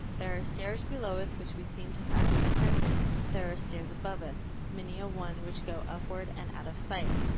there are stairs below us which we seem to have ascended there are stairs above us, many a one, which go upward and out of sight.